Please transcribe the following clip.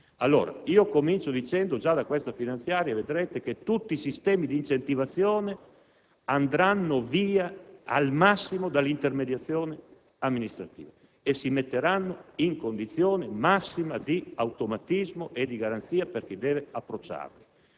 Allora, comincio dicendo che già da questa finanziaria tutti i sistemi di incentivazione andranno via al massimo dall'intermediazione amministrativa e si metteranno in condizione massima di automatismo e di garanzia per chi deve approcciarli.